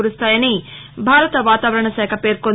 కురుస్తాయని భారత వాతావరణ శాఖ పేర్కొంది